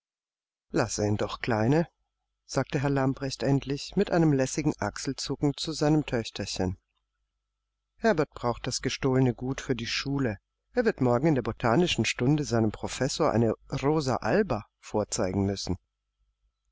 lasse ihn doch kleine sagte herr lamprecht endlich mit einem lässigen achselzucken zu seinem töchterchen herbert braucht das gestohlene gut für die schule er wird morgen in der botanischen stunde seinem professor eine rosa alba vorzeigen müssen